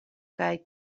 kaj